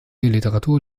literatur